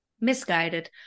misguided